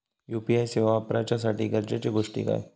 UPI सेवा वापराच्यासाठी गरजेचे गोष्टी काय?